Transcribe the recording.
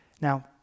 Now